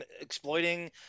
exploiting